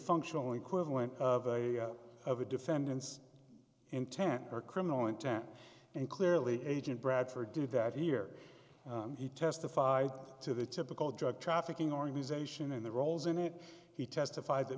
functional equivalent of a defendant's intent or criminal intent and clearly agent bradford do that here he testified to the typical drug trafficking organization in the rolls in it he testified that